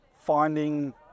finding